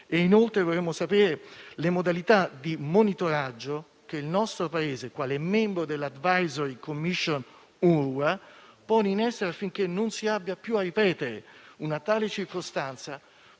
Inoltre, vogliamo sapere le modalità di monitoraggio che il nostro Paese, quale membro dell'Advisory Commission UNRWA, pone in essere affinché non si abbia più a ripetere una tale circostanza